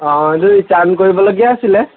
অঁ এইযোৰ ৰিটাৰ্ণ কৰিবলগীয়া আছিলে